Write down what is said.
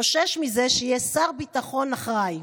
חושש מזה שיהיה שר ביטחון אחראי.